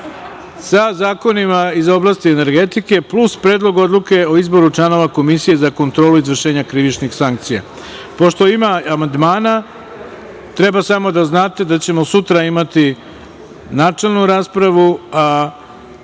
sa zakonima iz oblasti energetike, plus Predlog odluke o izboru članova Komisije za kontrolu izvršenja krivičnih sankcija. Pošto ima amandmana, treba samo da znate da ćemo sutra imati načelnu raspravu,